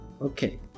Okay